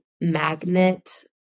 magnet